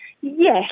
Yes